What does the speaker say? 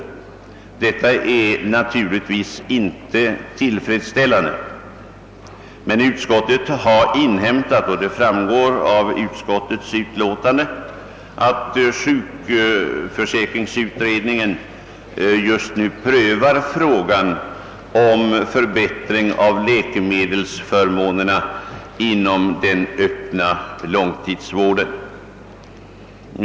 Detta är naturligtvis inte tillfredsställande. Utskottet har emellertid inhämtat — det framgår av dess utlåtande — att sjukförsäkringsutredningen just prövar frågan om förbättring av läkemedelsförmånerna inom den öppna långtidsvården.